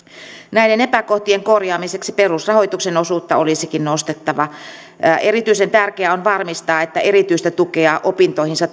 näiden epäkohtien korjaamiseksi perusrahoituksen osuutta olisikin nostettava erityisen tärkeää on varmistaa että erityistä tukea opintoihinsa